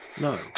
No